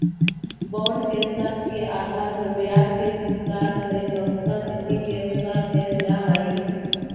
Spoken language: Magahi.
बॉन्ड के शर्त के आधार पर ब्याज के भुगतान परिपक्वता तिथि के अनुसार कैल जा हइ